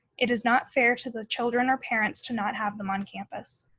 it is not fair to the children or parents to not have them on campus.